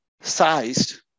sized